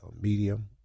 medium